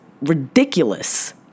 ridiculous